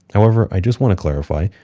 however, i just want to clarify,